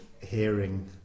hearing